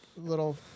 little